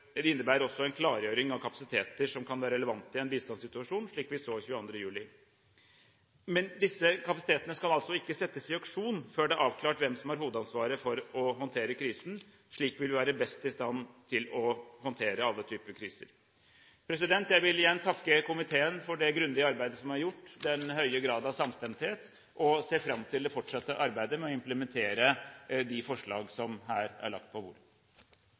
innebærer også en klargjøring av kapasiteter som kan være relevante i en bistandssituasjon, slik vi så den 22. juli. Men disse kapasitetene skal altså ikke settes i aksjon før det er avklart hvem som har hovedansvaret for å håndtere krisen. Slik vil vi være best i stand til å håndtere alle typer kriser. Jeg vil igjen takke komiteen for det grundige arbeidet som er gjort, den høye grad av samstemthet, og ser fram til å fortsette arbeidet med å implementere de forslag som her er lagt på bordet.